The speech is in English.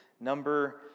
number